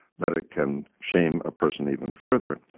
that it can shame a person even further.